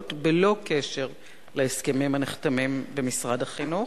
בלא קשר להסכמים הנחתמים במשרד החינוך?